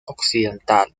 occidental